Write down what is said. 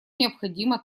необходимо